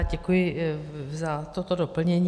Děkuji za toto doplnění.